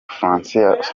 françois